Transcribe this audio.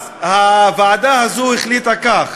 הוועדה הזאת החליטה כך: